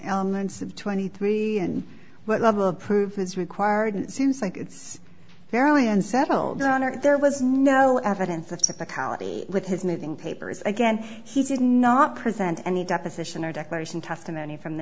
elements of twenty three and what level of proof is required and it seems like it's fairly unsettled on or there was no evidence of such a colony with his moving papers again he did not present any deposition or declaration testimony from the